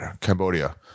Cambodia